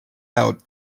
out